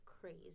crazy